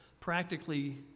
practically